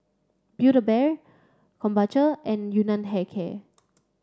build a Bear Krombacher and Yun Nam Hair Care